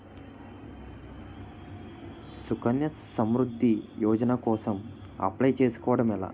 సుకన్య సమృద్ధి యోజన కోసం అప్లయ్ చేసుకోవడం ఎలా?